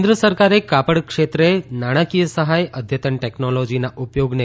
કેન્દ્ર સરકારે કાપડ ક્ષેત્રે નાણાંકીય સહાય અદ્યતન ટેકનોલોજીના ઉપયોગને